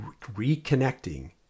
reconnecting